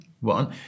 one